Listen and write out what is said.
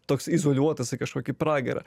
toks izoliuotas į kažkokį pragarą